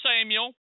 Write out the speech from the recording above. Samuel